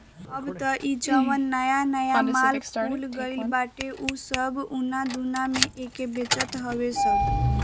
अब तअ इ जवन नया नया माल खुल गईल बाटे उ सब उना दूना में एके बेचत हवे सब